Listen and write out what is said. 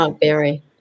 Barry